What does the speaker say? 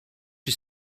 you